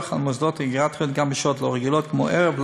על המוסדות הגריאטריים גם בשעות לא רגילות כמו ערב,